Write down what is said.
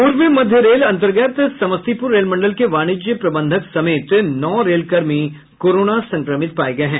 पूर्व मध्य रेल अंतर्गत समस्तीपुर रेल मंडल के वाणिज्य प्रबंधक समेत नौ रेलकर्मी कोरोना संक्रमित पाये गये हैं